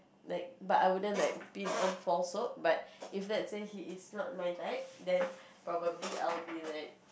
like but I wouldn't like be on false hopes but lets say if he is not my type then probably I'll be like